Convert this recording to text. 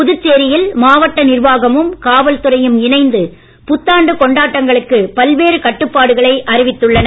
புதுச்சேரியில் மாவட்ட நிர்வாகமும் காவல்துறையும் இணைந்து புத்தாண்டு கொண்டாட்டங்களுக்கு பல்வேறு கட்டுப்பாடுகளை அறிவித்துள்ளன